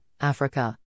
Africa